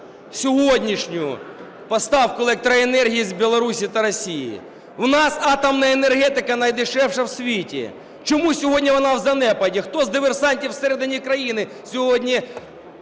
сьогоднішню поставку електроенергії з Білорусі та Росії. У нас атомна енергетика найдешевша в світі. Чому сьогодні вона в занепаді? Хто з диверсантів всередині країни сьогодні